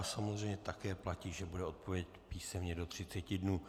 Samozřejmě také platí, že bude odpověď písemně do třiceti dnů.